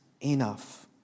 enough